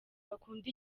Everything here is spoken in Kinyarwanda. bakunda